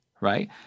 right